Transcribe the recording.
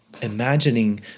Imagining